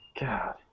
God